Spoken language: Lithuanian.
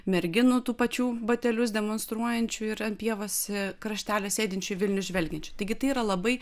merginų tų pačių batelius demonstruojančių ir ant pievos kraštelio sėdinčių į vilnių žvelgiančių taigi tai yra labai